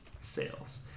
Sales